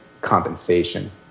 compensation